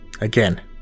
again